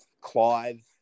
Clive